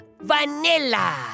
vanilla